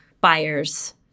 buyers